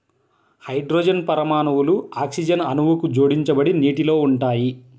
hydrogen పరమాణువులు oxygen అణువుకు జోడించబడి నీటిలో ఉంటాయి